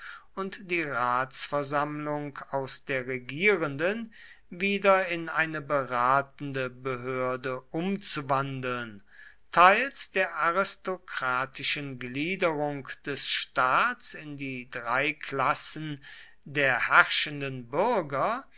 und die ratsversammlung aus der regierenden wieder in eine beratende behörde umzuwandeln teils der aristokratischen gliederung des staats in die drei klassen der herrschenden bürger